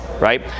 Right